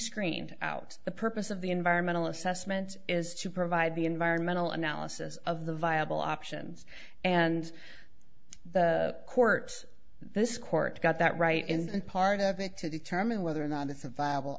screened out the purpose of the environmental assessment is to provide the environmental analysis of the viable options and the courts this court got that right and part of it to determine whether or not it's a viable